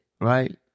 right